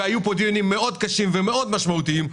והיו כאן דיונים מאוד קשים ומאוד משמעותיים,